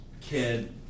kid